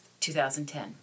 2010